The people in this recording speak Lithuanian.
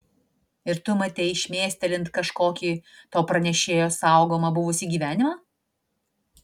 ir tu matei šmėstelint kažkokį to pranešėjo saugomą buvusį gyvenimą